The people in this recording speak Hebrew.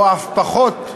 או אף פחות,